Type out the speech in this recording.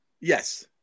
Yes